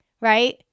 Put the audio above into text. right